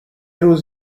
روز